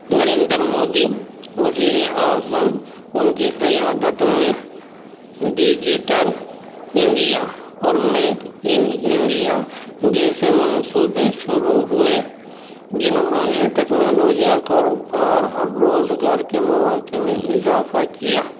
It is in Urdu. نرندر مودی وزیر اعظم ان کی قیادت میں ڈیجیٹل انڈیا اورمیک ان انڈیا جیسے منصوبے شروع ہوئے جنہوں نے ٹیکنالوجی کاروبار اور روزگار کے مواقع میں اضافہ کیا